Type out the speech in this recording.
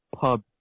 pub